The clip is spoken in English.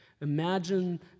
Imagine